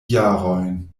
jarojn